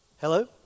Hello